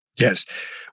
Yes